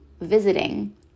visiting